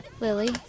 Lily